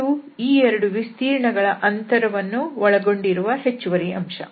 ಇದು ಈ ಎರಡು ವಿಸ್ತೀರ್ಣಗಳ ಅಂತರವನ್ನು ಒಳಗೊಂಡಿರುವ ಹೆಚ್ಚುವರಿ ಅಂಶ